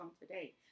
today